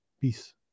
Peace